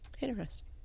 Interesting